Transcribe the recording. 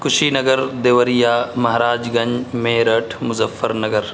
کشی نگر دیوریا مہاراج گنج میرٹھ مظفر نگر